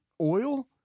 oil